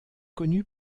connue